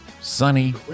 sunny